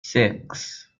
six